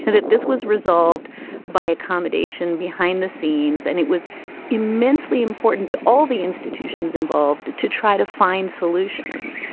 that this was resolved by accommodation behind the scenes. and it was immensely important to all the institutions involved to try to find solutions.